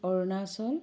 Arunachal